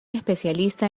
especialista